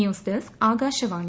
news desk Akashvani